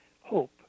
hope